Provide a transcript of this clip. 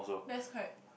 that's quite